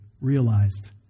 realized